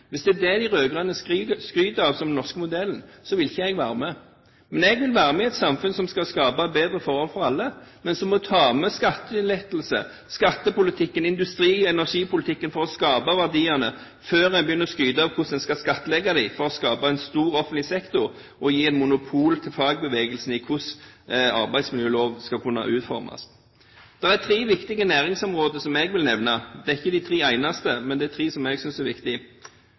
Hvis det er det de rød-grønne skryter av som den norske modellen, vil ikke jeg være med. Jeg vil være med i et samfunn som skaper bedre forhold for alle, men som må ta med skattelettelser, skattepolitikken, industrien og energipolitikken for å skape verdiene før en begynner å skryte av hvordan en skal skattlegge for å skape en stor offentlig sektor og gi fagbevegelsen monopol på hvordan arbeidsmiljøloven skal utformes. Jeg vil nevne tre viktige næringsområder. Det er ikke de tre eneste, men det er tre som jeg synes er